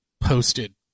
posted